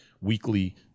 weekly